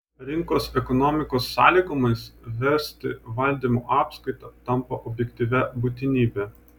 rinkos ekonomikos sąlygomis vesti valdymo apskaitą tampa objektyvia būtinybe